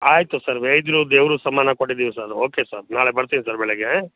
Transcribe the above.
ಆಯಿತು ಸರ್ ವೈದ್ಯರು ದೇವ್ರಿಗೆ ಸಮಾನ ಕೊಟ್ಟಿದೀವಿ ಸರ್ ನಾವು ಓಕೆ ಸರ್ ನಾಳೆ ಬರ್ತೀನಿ ಸರ್ ಬೆಳಿಗ್ಗೆ